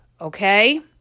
Okay